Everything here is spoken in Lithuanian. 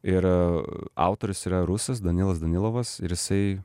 ir autorius yra rusas danilas danilovas ir jisai